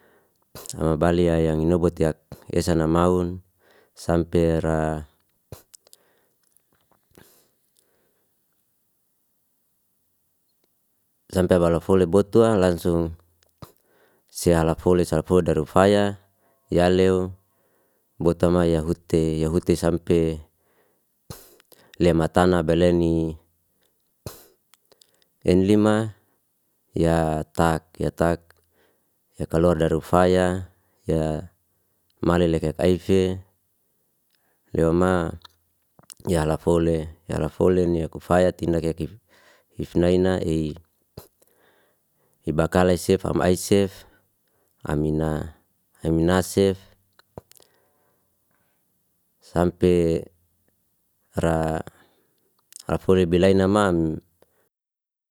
Am balia ya yang inobut yak esana maun, sampe ra sampe balafole botuah langsung si alafole, safudar ufaya, ya lew botuah maye ya hute, ya hute sampe lematanah beleni. Enlima ya tak, yaka luar dar ufaya, ya mali ef- ef aife, lemewah ya alafole, ya alafoleni yak ufaya dindak if- ifnaina'i ibakalai sef, am aisef amina, aminasef sampe ra fole bilay namam.